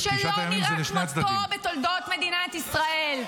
-- שלא נראה כמותו בתולדות מדינת ישראל.